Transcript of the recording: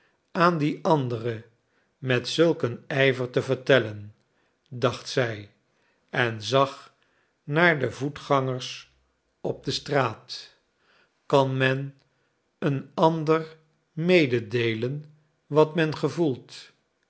aan dien andere met zulk een ijver te vertellen dacht zij en zag naar de voetgangers op de straat kan men een ander mededeelen wat men gevoelt